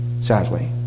sadly